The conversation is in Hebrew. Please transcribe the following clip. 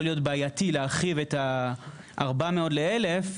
להיות בעייתי להרחיב את ה-400 ל-1,000,